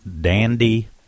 Dandy